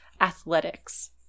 athletics